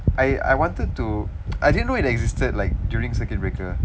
I I wanted to I didn't know it existed like during circuit breaker